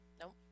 Nope